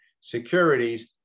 securities